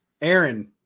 Aaron